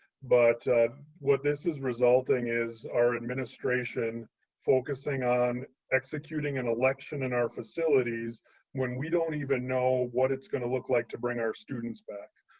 but what this is resulting is our administration focusing on executing and election in our facilities when we don't even know what it's going to look like to bring our students back.